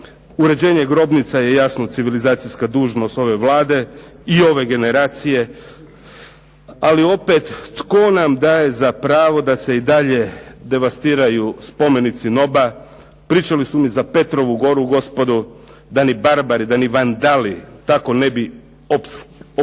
Uređenje grobnica je jasno civilizacijska dužnost ove Vlade i ove generacije, ali opet tko nam daje za pravo da se i dalje devastiraju spomenici NOB-a, pričali su mi za Petrovu goru, gospodo, da ni barbari, da ni vandali tako ne bi oskrnavili